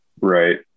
Right